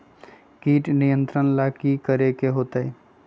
किट नियंत्रण ला कि करे के होतइ?